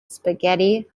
spaghetti